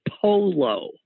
polo